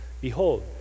Behold